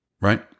right